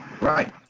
Right